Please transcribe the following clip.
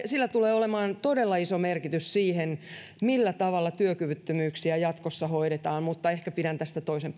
sillä tulee olemaan todella iso merkitys siihen millä tavalla työkyvyttömyyksiä jatkossa hoidetaan mutta ehkä pidän tästä toisen